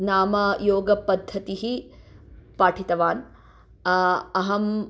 नाम योगपद्धतिं पाठितवान् अहं